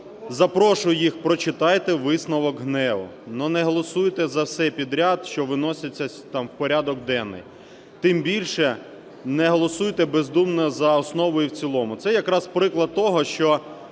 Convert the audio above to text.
запрошую їх: прочитайте висновок ГНЕУ, але не голосуйте за все підряд, що виноситься в порядок денний, тим більше, не голосуйте бездумно за основу і в цілому. Це якраз приклад того, що